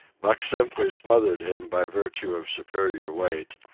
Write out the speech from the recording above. buck simply smothered him by virtue of superior weight,